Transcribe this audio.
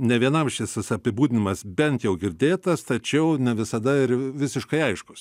ne vienam šis apibūdinimas bent jau girdėtas tačiau ne visada ir visiškai aiškus